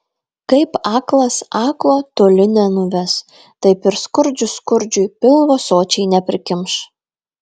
kaip aklas aklo toli nenuves taip ir skurdžius skurdžiui pilvo sočiai neprikimš